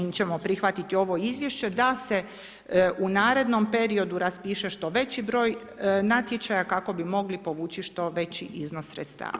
Mi ćemo prihvatiti ovo izvješće da se u narednom periodu raspiše što veći broj natječaja kako bi mogli povući što veći iznos sredstava.